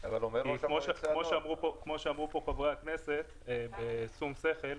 כי כמו שאמרו פה חברי הכנסת בשום שכל,